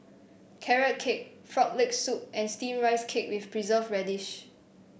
Carrot Cake Frog Leg Soup and steamed Rice Cake with Preserved Radish